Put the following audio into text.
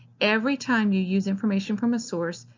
every time you use information from a source,